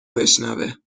بشنوه